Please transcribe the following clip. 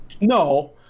no